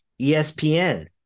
ESPN